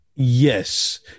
Yes